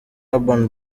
urban